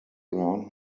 around